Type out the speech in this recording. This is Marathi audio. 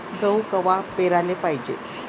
गहू कवा पेराले पायजे?